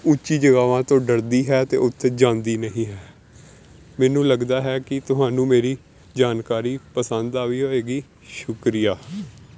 ਉੱਚੀ ਜਗਾਵਾਂ ਤੋਂ ਡਰਦੀ ਹੈ ਅਤੇ ਉੱਥੇ ਜਾਂਦੀ ਨਹੀਂ ਹੈ ਮੈਨੂੰ ਲੱਗਦਾ ਹੈ ਕਿ ਤੁਹਾਨੂੰ ਮੇਰੀ ਜਾਣਕਾਰੀ ਪਸੰਦ ਆਈ ਹੋਏਗੀ ਸ਼ੁਕਰੀਆ